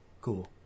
Cool